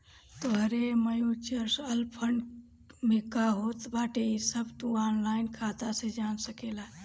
तोहरे mutual fund में का होत बाटे इ सब तू ऑनलाइन खाता से जान सकेला